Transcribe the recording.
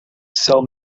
cell